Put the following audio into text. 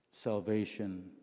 salvation